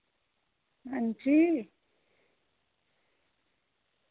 हां जी